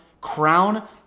crown